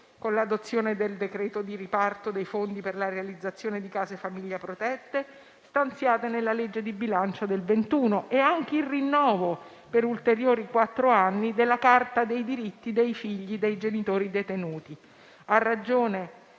con l'adozione del decreto di riparto dei fondi per la realizzazione di case famiglia protette, stanziati nella legge di bilancio del 2021, e anche il rinnovo, per ulteriori quattro anni, della Carta dei diritti dei figli dei genitori detenuti.